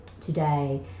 today